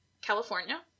California